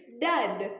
Dad